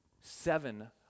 seven